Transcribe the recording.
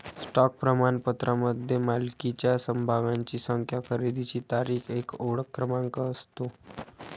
stock प्रमाणपत्रामध्ये मालकीच्या समभागांची संख्या, खरेदीची तारीख, एक ओळख क्रमांक असतो